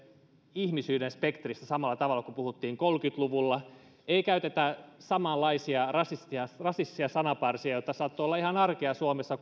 ihmisyyden spektristä samalla tavalla kuin puhuttiin kolmekymmentä luvulla ei käytetä samanlaisia rasistisia rasistisia sananparsia jotka saattoivat olla ihan arkea suomessa